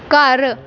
ਘਰ